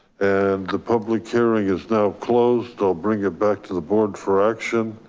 and the public hearing is now closed or bring it back to the board for action.